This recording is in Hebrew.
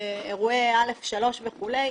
אירועי א'3 וכו'.